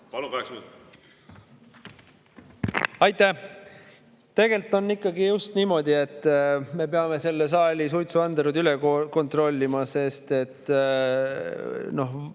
Palun, kaheksa minutit! Aitäh! Tegelikult on ikkagi just niimoodi, et me peame selle saali suitsuandurid üle kontrollima, sest